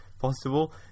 possible